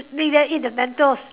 make them eat the mentos